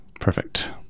perfect